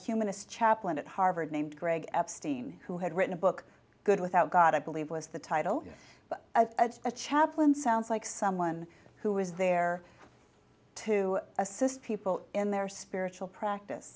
humanist chaplain at harvard named greg epstein who had written a book good without god i believe was the title but i thought a chaplain sounds like someone who is there to assist people in their spiritual practice